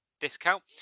discount